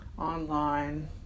online